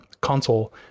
console